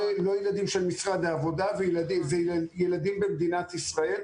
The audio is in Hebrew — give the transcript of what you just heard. לא ילדים של משרד העבודה וילדים במדינת ישראל,